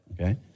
okay